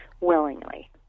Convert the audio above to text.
willingly